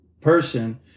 person